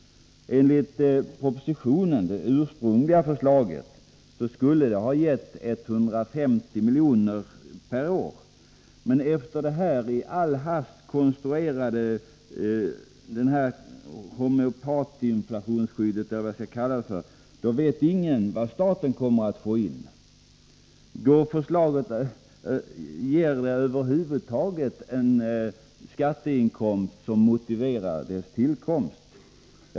Enligt propositionen skulle förslaget ha gett 150 miljoner per år. Men efter detta i all hast konstruerade homeopatinflationsskydd — eller vad jag nu skall kalla det för— vet ingen vad staten kommer att få in. Ger förslaget över huvud taget en skatteinkomst som motiverar dess tillkomst?